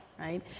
Right